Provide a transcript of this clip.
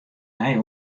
nij